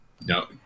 No